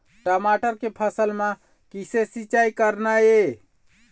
टमाटर के फसल म किसे सिचाई करना ये?